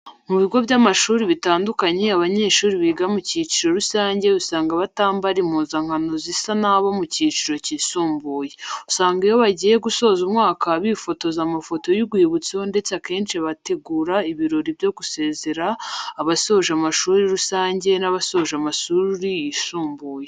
Mu bigo by'amashuri bitandukanye abanyeshuri biga mu kiciro rusanjye usanga batambara impuzankano zisa nabo mu cyiciro cyisumbuye. Usanga iyo bajyiye gusoza umwaka bifotoza amafoto y'urwibutso ndetse akenci bategura ibirori byo gusezera abasoje amashuri rusanjye n'abasoje amashuri yisumbuye.